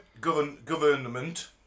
government